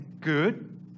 good